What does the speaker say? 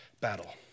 battle